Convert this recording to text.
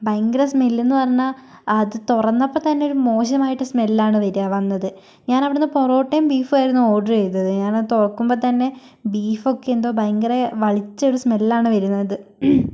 ഭയങ്കര സ്മെല്ലന്ന് പറഞ്ഞാൽ അത് തുറന്നപ്പോൾ തന്നെ ഒരു മോശമായിട്ട് സ്മെൽല്ലാണ് വരിക വന്നത് ഞാനവിടുന്ന് പൊറോട്ടയും ബീഫുവായിരുന്നു ഓർഡറ് ചെയ്തത് ഞാനത് തുറക്കുമ്പോൾ തന്നെ ബീഫൊക്കെ എന്തോ ഭയങ്കര വളിച്ച ഒരു സ്മെൽല്ലാണ് വരുന്നത്